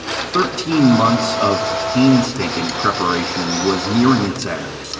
thirteen months of painstaking preparation was nearing its end.